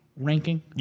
ranking